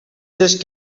just